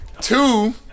Two